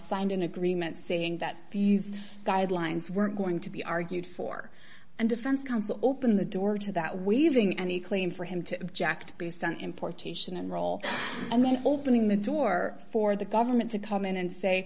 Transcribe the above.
signed an agreement saying that the guidelines weren't going to be argued for and defense counsel open the door to that waiving any claim for him to object based on importation and roll and then opening the door for the government to come in and say